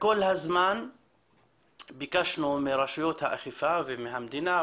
כל הזמן ביקשנו מרשויות האכיפה ומהמדינה,